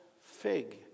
fig